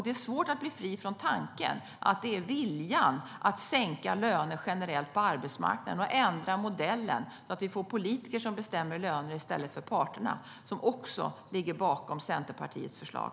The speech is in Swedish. Det är svårt att bli fri från tanken att det är viljan att sänka löner generellt på arbetsmarknaden och ändra modellen så att vi får politiker som bestämmer löner i stället för parterna som också ligger bakom Centerpartiets förslag.